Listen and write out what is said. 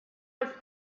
was